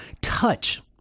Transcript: touch